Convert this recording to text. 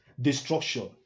destruction